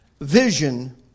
Vision